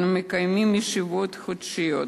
אנו מקיימים ישיבות חודשיות.